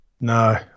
No